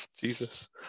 Jesus